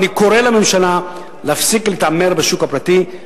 ואני קורא לממשלה להפסיק להתעמר בשוק הפרטי,